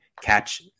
catch